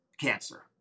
Cancer